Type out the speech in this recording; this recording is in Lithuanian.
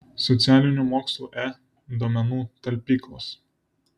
socialinių mokslų e duomenų talpyklos